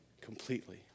completely